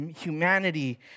humanity